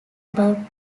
about